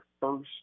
first